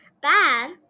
bad